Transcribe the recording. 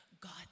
God